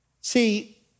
See